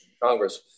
Congress